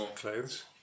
clothes